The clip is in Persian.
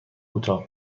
کوتاه